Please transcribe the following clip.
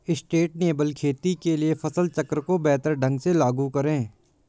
sustainable खेती के लिए फसल चक्र को बेहतर ढंग से लागू करें